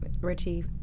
Richie